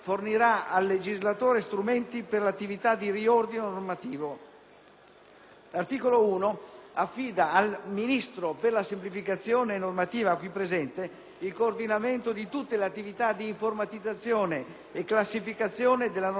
esame affida al Ministro per la semplificazione normativa qui presente il coordinamento di tutte le attività di informatizzazione e classificazione della normativa statale e regionale in corso presso le amministrazioni pubbliche.